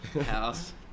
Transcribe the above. house